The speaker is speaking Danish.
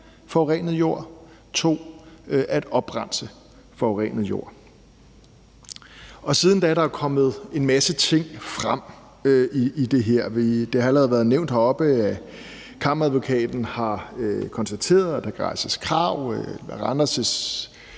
forurenet jord, 2) at oprense forurenet jord. Siden da er der kommet en masse ting frem i det her. Det har allerede været nævnt heroppe, at Kammeradvokaten har konstateret, at der kan rejses krav, og Randers